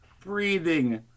breathing